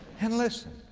and listened,